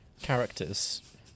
characters